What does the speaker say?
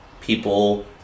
people